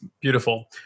Beautiful